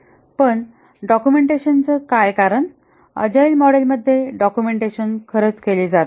पण डॉक्युमेंटेशनचे काय कारण अजाईल मॉडेल मध्ये डॉक्युमेंटेशन खरंच केले जात नाही